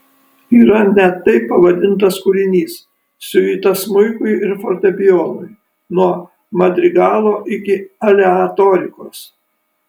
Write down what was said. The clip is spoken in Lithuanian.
yra net taip pavadintas kūrinys siuita smuikui ir fortepijonui nuo madrigalo iki aleatorikos